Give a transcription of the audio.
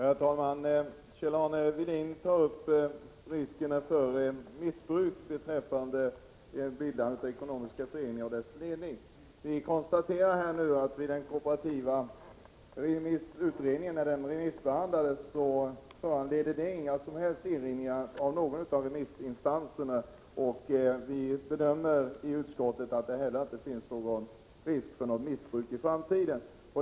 Herr talman! Kjell-Arne Welin tar upp risken för missbruk av ledningen vid bildandet av ekonomiska föreningar. Utskottet konstaterar att när kooperationsutredningen remissbehandlades föranledde detta inga som helst erinringar av någon av remissinstanserna, och vi bedömer att det inte heller finns risk för något missbruk i framtiden.